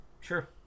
Sure